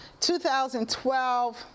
2012